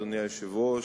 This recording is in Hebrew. אדוני היושב-ראש,